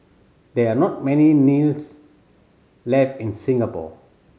there are not many left in Singapore